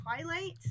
Twilight